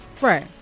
Right